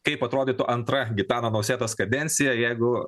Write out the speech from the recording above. kaip atrodytų antra gitano nausėdos kadencija jeigu